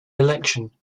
election